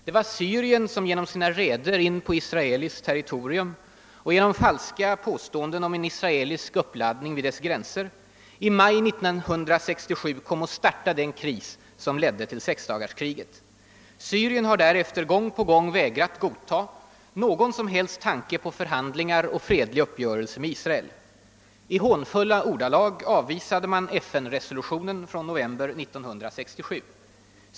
Det var Syrien som genom sina räder in på israeliskt territorium och genom falska påståenden om en israelisk uppladdning vid dess gränser kom att i maj 1967 starta den kris som ledde till sexdagarskriget. Syrien har därefter gång på gång vägrat godta någon som helst tanke på förhandlingar och fredlig uppgörelse med Israel. I hånfulla ordalag avvisade man FN-resolutionen från november 1967.